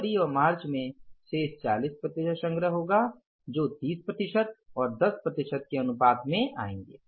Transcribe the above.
फरवरी व् मार्च में शेष 40 प्रतिशत संग्रह होगा जो 30 प्रतिशत और 10 प्रतिशत के अनुपात में आएंगे